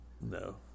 No